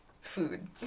food